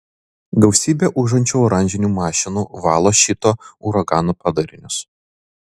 gausybė ūžiančių oranžinių mašinų valo šito uragano padarinius